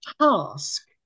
task